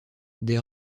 des